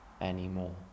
anymore